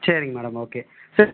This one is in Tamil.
சரிங்க மேடம் ஓகே சர்